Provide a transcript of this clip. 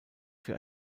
für